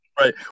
Right